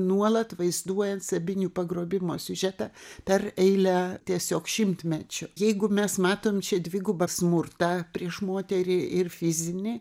nuolat vaizduojant sabinių pagrobimo siužetą per eilę tiesiog šimtmečių jeigu mes matome šią dvigubą smurtą prieš moterį ir fizinį